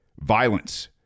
Violence